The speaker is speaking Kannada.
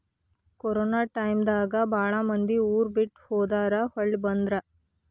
ಕೊರೊನಾ ಟಾಯಮ್ ದಾಗ ಬಾಳ ಮಂದಿ ಊರ ಬಿಟ್ಟ ಹೊದಾರ ಹೊಳ್ಳಿ ಬಂದ್ರ